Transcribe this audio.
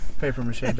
paper-mache